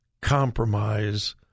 compromise